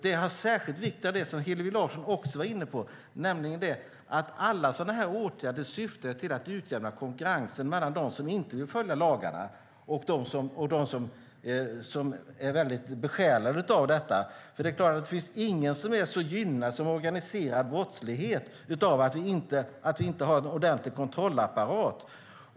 Särskilt viktigt är det som Hillevi Larsson också var inne på. Alla sådana åtgärder syftar till att utjämna konkurrensen mellan dem som inte vill följa lagarna och de som är väldigt besjälade av det. Det finns ingen som är så gynnad som organiserad brottslighet av att vi inte har en ordentlig kontrollapparat.